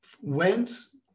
whence